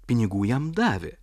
pinigų jam davė